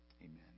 Amen